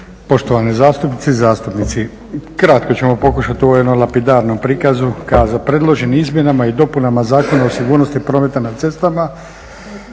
poštovane zastupnice i zastupnici. Kratko ćemo pokušati u ovom jednom lapidarnom prikazu. Predloženim izmjenama i dopunama Zakona o sigurnosti prometa na cestama